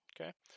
Okay